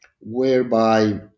whereby